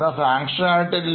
എന്നാൽ Sanction ആയിട്ടില്ല